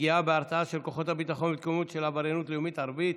פגיעה בהרתעה של כוחות הביטחון והתקוממות של עבריינות לאומנית ערבית,